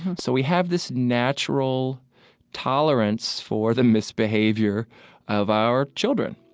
so we have this natural tolerance for the misbehavior of our children.